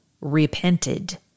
repented